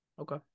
Okay